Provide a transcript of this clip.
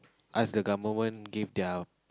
ask the government give their